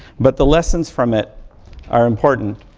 but the lessons from it are important.